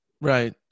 right